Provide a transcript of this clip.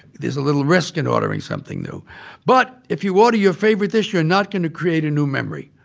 there's a little risk in ordering something new. but if you order your favorite dish, you're not going to create a new memory,